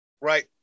right